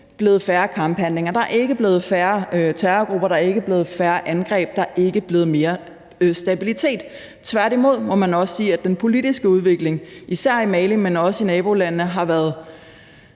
blevet færre kamphandlinger; der er ikke blevet færre terrorgrupper; der er ikke blevet færre angreb; der er ikke blevet mere stabilitet. Tværtimod må man nok sige, at den politiske udvikling især i Mali, men også i nabolandene, har været